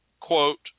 quote